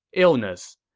illness.